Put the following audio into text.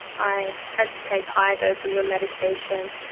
i had to take higher doses of medication,